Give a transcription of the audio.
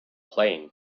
playing